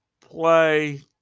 play